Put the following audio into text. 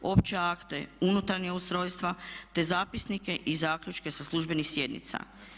Opće akte, unutarnja ustrojstva te zapisnike i zaključke sa službenih sjednica.